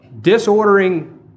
disordering